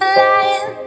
lying